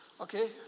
Okay